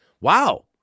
wow